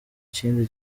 ikindi